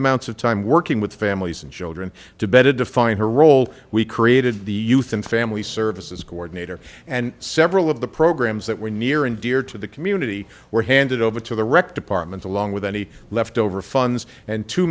amounts of time working with families and children to better define her role we created the youth and family services coordinator and several of the programs that were near and dear to the community were handed over to the rec department along with any leftover funds and two